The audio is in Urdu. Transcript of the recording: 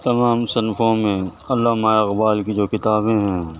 تمام مصنفوں میں علامہ اقبال کی جو کتابیں ہیں